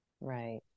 Right